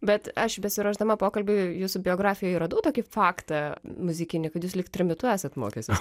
bet aš besiruošdama pokalbiui jūsų biografijoj radau tokį faktą muzikinį kad jūs lyg trimitu esat mokęsis